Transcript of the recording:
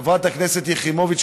חברת הכנסת יחימוביץ,